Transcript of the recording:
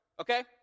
okay